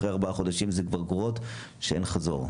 אחרי ארבעה חודשים זה כבר גרורות שאין חזור.